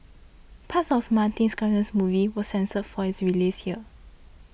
parts of Martin Scorsese's movie was censored for its release here